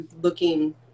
looking